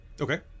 Okay